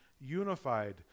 unified